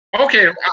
Okay